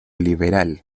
liberal